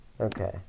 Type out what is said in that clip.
Okay